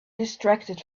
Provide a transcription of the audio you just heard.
distracted